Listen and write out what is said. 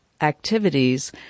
activities